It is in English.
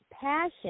passion